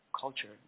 culture